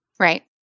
Right